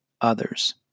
others